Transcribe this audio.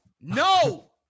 no